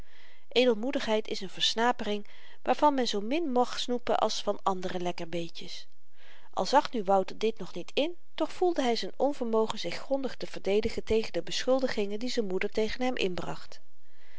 edelmoedigheid is n versnapering waarvan men zoo min mag snoepen als van andere lekkerbeetjes al zag nu wouter dit nog niet in toch voelde hy z'n onvermogen zich grondig te verdedigen tegen de beschuldigingen die z'n moeder tegen hem inbracht